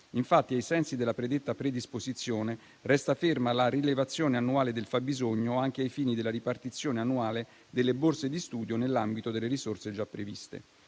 Infatti, ai sensi della predetta predisposizione, resta ferma la rilevazione annuale del fabbisogno anche ai fini della ripartizione annuale delle borse di studio nell'ambito delle risorse già previste.